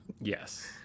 yes